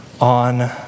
on